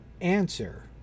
answer